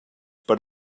per